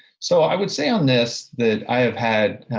so i would say on this that i have had,